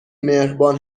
مهربان